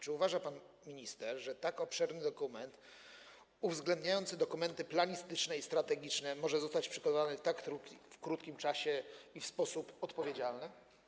Czy uważa pan minister, że tak obszerny dokument uwzględniający dokumenty planistyczne i strategiczne może zostać przygotowany w tak krótkim czasie w sposób odpowiedzialny?